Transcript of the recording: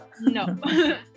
No